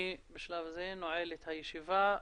אני נועל את הישיבה.